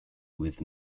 with